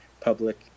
public